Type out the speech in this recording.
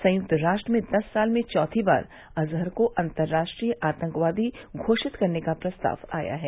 संयुक्त राष्ट्र में दस साल में चौथी बार अज़हर को अंतर्राष्ट्रीय आतंकवादी घोषित कराने का प्रस्ताव आया है